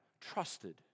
trusted